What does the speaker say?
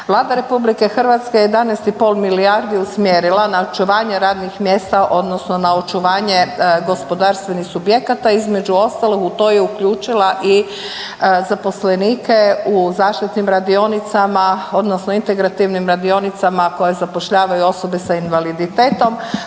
Vlada RH je 11,5 milijardi usmjerila na očuvanje radnih mjesta odnosno na očuvanje gospodarstvenih subjekata. Između ostalog u to je uključila i zaposlenike u zaštitnim radionicama odnosno integrativnim radionicama koje zapošljavaju osobe sa invaliditetom,